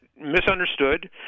misunderstood